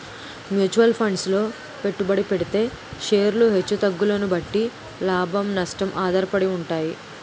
mutual funds లో పెట్టుబడి పెడితే షేర్లు హెచ్చు తగ్గుల బట్టి లాభం, నష్టం ఆధారపడి ఉంటాయి